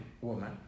woman